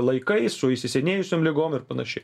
laikais su įsisenėjusiom ligom ir panašiai